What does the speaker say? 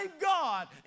God